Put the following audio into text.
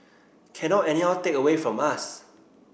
cannot anyhow take away from us